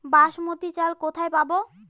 বাসমতী চাল কোথায় পাবো?